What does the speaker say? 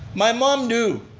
my mom knew.